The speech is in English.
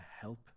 help